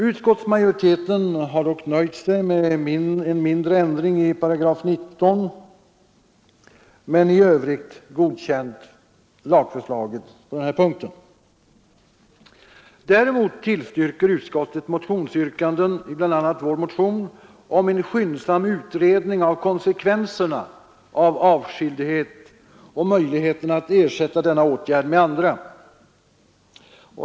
Utskottsmajoriteten har dock nöjt sig med en mindre ändring i 198 och i övrigt godkänt lagförslaget på denna punkt. Däremot tillstyrker utskottet motionsyrkanden — i bl.a. vår motion — om en skyndsam utredning av konsekvenserna av avskildhet och möjligheterna att ersätta denna åtgärd med andra.